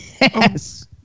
Yes